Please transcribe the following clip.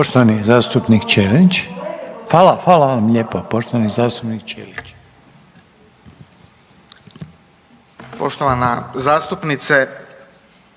Poštovani zastupnik Ćelić.